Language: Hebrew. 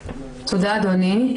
תודה, אדוני.